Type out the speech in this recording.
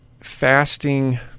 Fasting